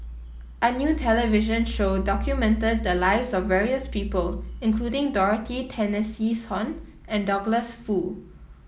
a new television show documented the lives of various people including Dorothy and Douglas Foo